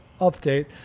update